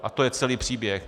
A to je celý příběh!